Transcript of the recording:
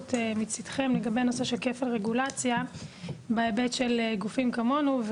מצידכם לגבי הנושא של כפל הרגולציה בהיבט של גופים כמונו.